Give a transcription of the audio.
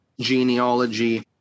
genealogy